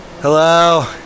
Hello